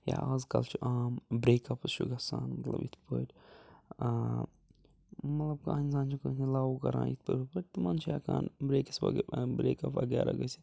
یا آز کَل چھُ عام برٛیکاَپٕس چھِ گژھان مطلب یِتھ پٲٹھۍ مطلب کانٛہہ اِنسان چھُنہٕ کٲنٛسہِ لَو کَران یِتھ پٲٹھۍ ہُتھ پٲٹھۍ تِمَن چھِ ہٮ۪کان برٛکٕس و برٛیکاَپ وغیرہ گٔژھِتھ